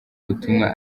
butumwa